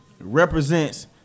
represents